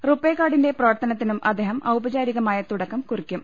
RuPay കാർഡിന്റെ പ്രവർത്തനത്തിനും അദ്ദേഹം ഔപചാ രികമായ തുടക്കം കുറിക്കും